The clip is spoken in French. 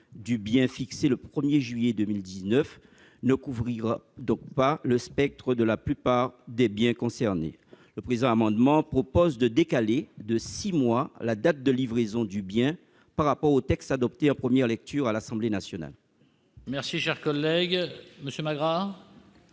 du bien fixée au 1 juillet 2019, ne couvrira donc pas le spectre de la plupart des biens concernés. Le présent amendement vise à décaler de six mois la date de livraison du bien par rapport au texte adopté en première lecture à l'Assemblée nationale.